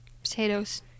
potatoes